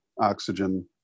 oxygen